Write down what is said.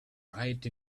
right